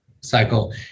cycle